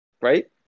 Right